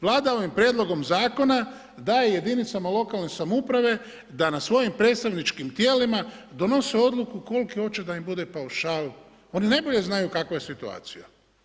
Vlada ovim prijedlogom zakona daje jedinica lokalne samouprave da na svojim predstavničkim tijelima donose odluku koliki hoće da im bude paušal, oni najbolje znaju kakva je situacija.